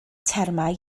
termau